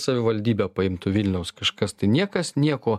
savivaldybė paimtų vilniaus kažkas tai niekas nieko